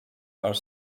are